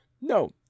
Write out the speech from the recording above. No